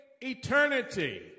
eternity